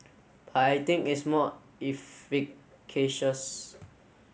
but I think it's more efficacious